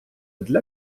для